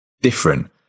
different